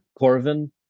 Corvin